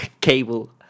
cable